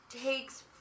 takes